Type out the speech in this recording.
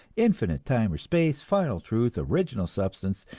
infinite time or space, final truth, original substance,